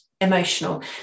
emotional